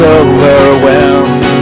overwhelmed